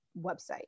website